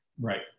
Right